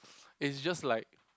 it's just like